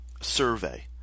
survey